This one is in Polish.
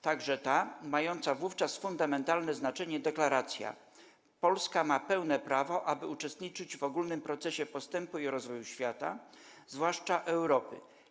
Także ta, mająca wówczas fundamentalne znaczenie deklaracja: 'Polska ma pełne prawo, aby uczestniczyć w ogólnym procesie postępu i rozwoju świata, zwłaszcza Europy.